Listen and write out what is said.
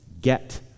get